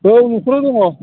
औ न'खराव दङ